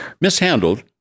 mishandled